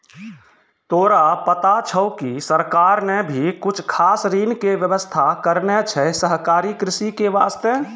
तोरा पता छौं कि सरकार नॅ भी कुछ खास ऋण के व्यवस्था करनॅ छै सहकारी कृषि के वास्तॅ